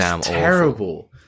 terrible